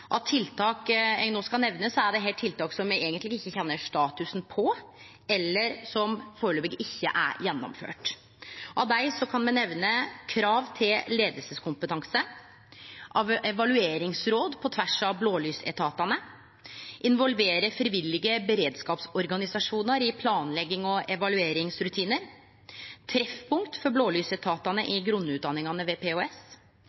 Av tiltak eg no skal nemne, er det tiltak som eg eigentleg ikkje kjenner statusen på, eller som førebels ikkje er gjennomførte. Av dei kan me nemne krav til leiingskompetanse evalueringsråd på tvers av blålysetatane involvere frivillige beredskapsorganisasjonar i planleggings- og evalueringsrutinar treffpunkt for blålysetatane